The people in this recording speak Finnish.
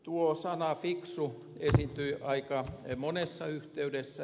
tuo sana fiksu esiintyi aika monessa yhteydessä